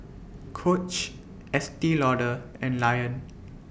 Coach Estee Lauder and Lion